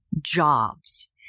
jobs